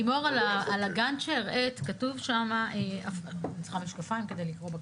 השאר יקבלו שירות מעולה.